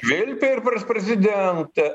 švilpė ir prieš prezidentą